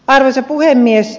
arvoisa puhemies